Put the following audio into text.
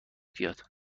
بیاد